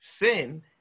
Sin